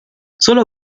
solo